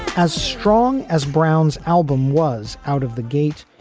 as strong as brown's album was out of the gate,